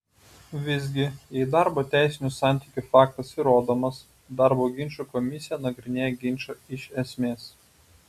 visgi jei darbo teisinių santykių faktas įrodomas darbo ginčų komisija nagrinėja ginčą iš esmės